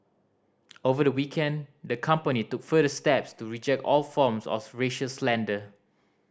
over the weekend the company took further steps to reject all forms of racial slander